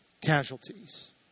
casualties